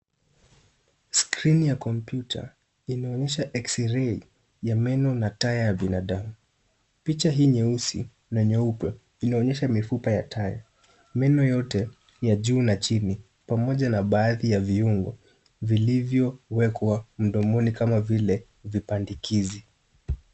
Skrini ya kompyuta inaonyesha eksirei ya meno na taa ya binadamu. Picha hii nyeusi na nyeupe inaonyesha mifupa ya taya. Meno yote ya juu na chini pamoja na baadhi ya viungo vilivyowekwa mdomoni kama vile vipandikizi.